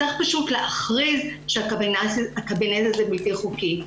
צריך פשוט להכריז שהקבינט הזה בלתי חוקי.